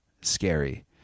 scary